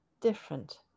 different